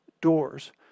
doors